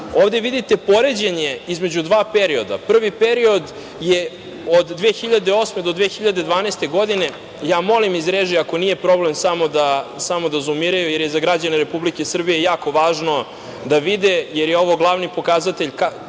Ovde vidite poređenje između dva perioda. Prvi period je od 2008. do 2012. godine. Molim iz režije, ako nije problem samo da zumiraju, jer je za građane Republike Srbije jako važno da vide, jer je ovo glavni pokazatelj